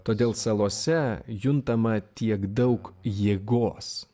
todėl salose juntama tiek daug jėgos